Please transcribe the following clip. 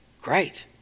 great